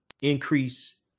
increase